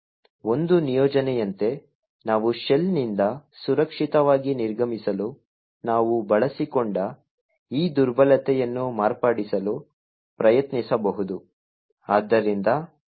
ಒಂದು ನಿಯೋಜನೆಯಂತೆ ನಾವು ಶೆಲ್ನಿಂದ ಸುರಕ್ಷಿತವಾಗಿ ನಿರ್ಗಮಿಸಲು ನಾವು ಬಳಸಿಕೊಂಡ ಈ ದುರ್ಬಲತೆಯನ್ನು ಮಾರ್ಪಡಿಸಲು ಪ್ರಯತ್ನಿಸಬಹುದು